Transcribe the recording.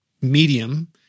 medium